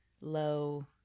low